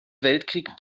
weltkrieg